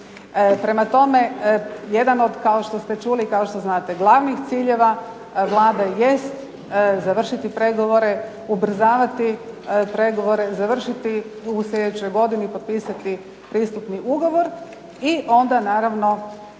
Prema tome, jedan od kao što ste čuli kao što znate glavnih ciljeva Vlade jest završiti pregovore, ubrzavati pregovore, završiti u sljedećoj godini, potpisati pristupni ugovor i onda naravno